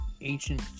ancient